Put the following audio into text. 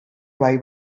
bai